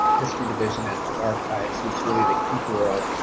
history division at the archives who's really the keeper of